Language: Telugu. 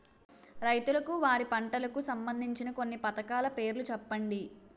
రైతులకు వారి పంటలకు సంబందించిన కొన్ని పథకాల పేర్లు చెప్పండి?